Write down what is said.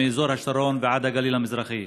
מאזור השרון ועד הגליל המזרחי,